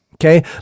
Okay